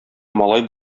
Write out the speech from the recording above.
малай